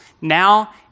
now